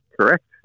correct